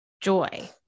joy